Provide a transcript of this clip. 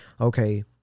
okay